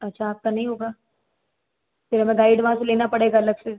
अच्छा आपका नहीं होगा फिर हमें गाइड वहाँ से लेना पड़ेगा अलग से